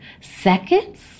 seconds